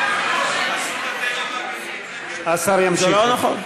השר ימשיך.